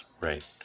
Right